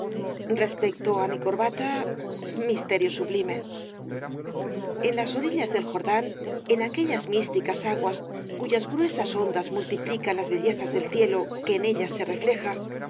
conmovedor respecto á mi corbata misterio sublime el caballero de las botas azules en las orillas del jordán en aquellas místicas aguas cuyas gruesas ondas multiplican las bellezas del cielo que en ellas se refleja